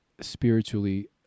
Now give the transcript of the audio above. spiritually